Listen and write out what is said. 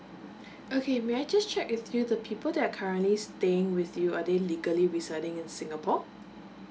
okay may I just check with you the people that are currently staying with you are they legally residing in singapore